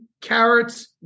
carrots